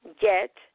get